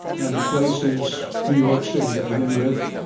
and the place is new york city to begin with.